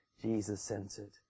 Jesus-centered